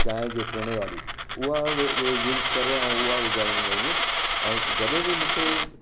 गांइ जे छेणे वारी उहा य़ूस करे उहा विझाईंदा आहियूं ऐं जॾहिं बि मूंखे